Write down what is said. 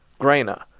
Grainer